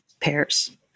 pairs